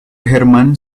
germán